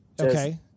Okay